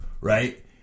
right